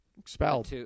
Expelled